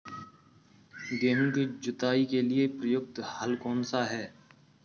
गेहूँ की जुताई के लिए प्रयुक्त हल कौनसा है?